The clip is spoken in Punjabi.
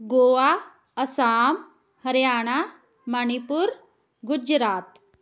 ਗੋਆ ਅਸਾਮ ਹਰਿਆਣਾ ਮਣੀਪੁਰ ਗੁਜਰਾਤ